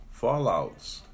fallouts